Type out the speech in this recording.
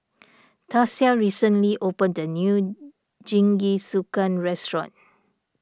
Tasia recently opened a new Jingisukan restaurant